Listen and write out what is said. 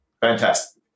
Fantastic